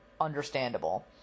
understandable